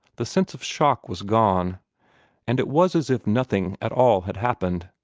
the sense of shock was gone and it was as if nothing at all had happened.